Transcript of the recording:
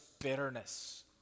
bitterness